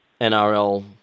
NRL